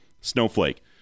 Snowflake